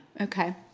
Okay